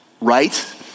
Right